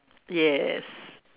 yes